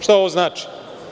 Šta ovo znači?